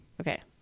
Okay